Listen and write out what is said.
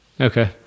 okay